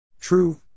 true